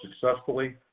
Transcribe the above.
successfully